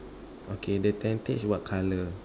okay the tentage what colour